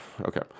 Okay